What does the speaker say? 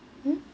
mm